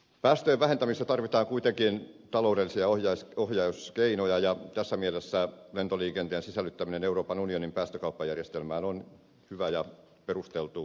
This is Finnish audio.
päästöjen vähentämisessä tarvitaan kuitenkin taloudellisia ohjauskeinoja ja tässä mielessä lentoliikenteen sisällyttäminen euroopan unionin päästökauppajärjestelmään on hyvä ja perusteltu keino